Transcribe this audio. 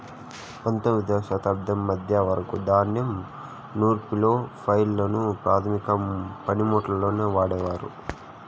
పందొమ్మిదవ శతాబ్దం మధ్య వరకు ధాన్యం నూర్పిడిలో ఫ్లైల్ ను ప్రధాన పనిముట్టుగా వాడేవారు